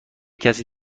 کسی